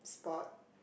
spot